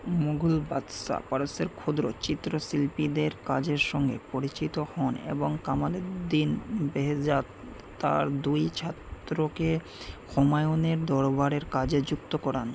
মুঘল বাদশা পারস্যের ক্ষুদ্র চিত্রশিল্পীদের কাজের সঙ্গে পরিচিত হন এবং কামালেদ্দিন বেহজাদ তার দুই ছাত্রকে হুমায়ুনের দরবারের কাজে যুক্ত করান